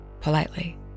politely